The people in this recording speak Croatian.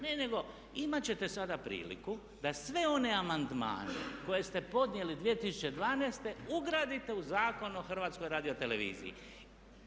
Ne, nego imat ćete sada priliku da sve one amandmane koje ste podnijeli 2012. ugradite u Zakon o HRT-u.